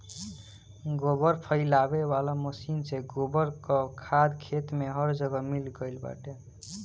गोबर फइलावे वाला मशीन से गोबर कअ खाद खेत में हर जगह मिल गइल बाटे